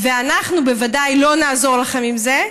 ואנחנו בוודאי לא נעזור לכם עם זה.